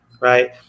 Right